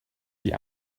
die